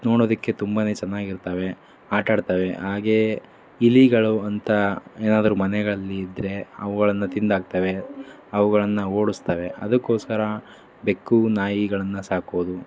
ನೋಡೋದಕ್ಕೆ ತುಂಬ ಚೆನ್ನಾಗಿರ್ತವೆ ಆಟಾಡ್ತಾವೆ ಹಾಗೇ ಇಲಿಗಳು ಅಂತ ಏನಾದರೂ ಮನೆಗಳಲ್ಲಿ ಇದ್ದರೆ ಅವುಗಳನ್ನ ತಿಂದಾಕ್ತವೆ ಅವುಗಳನ್ನು ಓಡಿಸ್ತವೆ ಅದಕ್ಕೋಸ್ಕರ ಬೆಕ್ಕು ನಾಯಿಗಳನ್ನು ಸಾಕೋದು